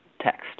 text